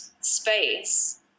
space